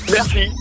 Merci